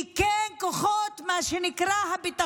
כי כן, כוחות הביטחון,